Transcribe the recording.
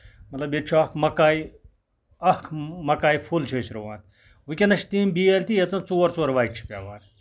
مطلب ییٚتہِ چھُ اکھ مَکایہِ اکھ مَکایہِ پھوٚل چھِ أسۍ رُوان وٕنکیٚنس چھِ تِم بیٲلۍ تہِ یَتھ زَن ژور ژور وَچہِ چھِ پیوان